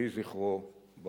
יהי זכרו ברוך.